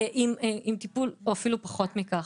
-- או אפילו פחות מכך,